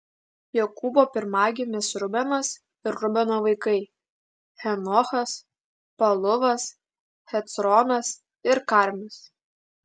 jokūbo pirmagimis rubenas ir rubeno vaikai henochas paluvas hecronas ir karmis